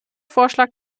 vorschlag